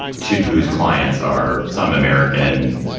to whose clients are some american,